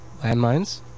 landmines